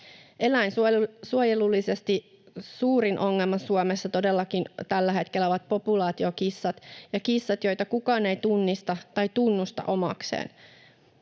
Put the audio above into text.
Eläinsuojelullisesti suurin ongelma Suomessa todellakin tällä hetkellä ovat populaatiokissat ja kissat, joita kukaan ei tunnista tai tunnusta omakseen.